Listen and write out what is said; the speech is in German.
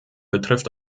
betrifft